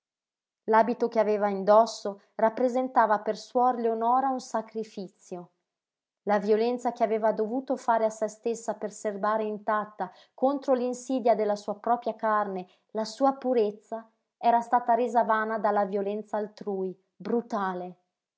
l'abito che aveva indosso rappresentava per suor leonora un sacrifizio la violenza che aveva dovuto fare a se stessa per serbare intatta contro l'insidia della sua propria carne la sua purezza era stata resa vana dalla violenza altrui brutale